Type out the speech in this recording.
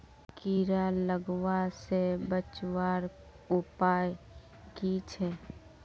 कीड़ा लगवा से बचवार उपाय की छे?